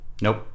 Nope